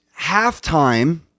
halftime